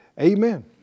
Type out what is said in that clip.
Amen